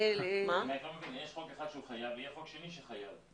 יש חוק אחד שהוא חייב, יהיה חוק שני שהוא חייב.